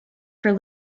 for